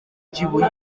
kibuye